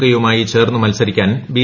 K യുമായി ചേർന്ന് മത്സരിക്കാൻ ബി